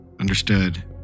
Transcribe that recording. Understood